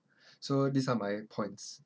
so these are my points